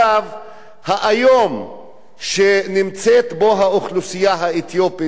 האיום שנמצאת בו האוכלוסייה האתיופית בלוד.